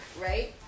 Right